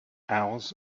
owls